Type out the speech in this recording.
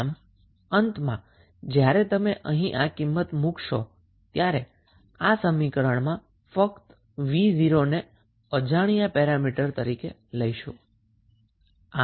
આમ અંતમાં જ્યારે તમે અહીં આ વેલ્યુ મુકશો ત્યારે તમારી પાસે આ સમીકરણમાં ફકત 𝑣0 એ અજાણ્યા પેરામીટર તરીકે હશે